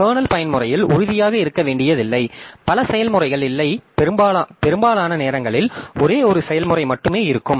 kernel பயன்முறையில் உறுதியாக இருக்க வேண்டியதில்லை பல செயல்முறைகள் இல்லை பெரும்பாலான நேரங்களில் ஒரே ஒரு செயல்முறை மட்டுமே இருக்கும்